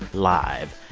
live,